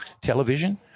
television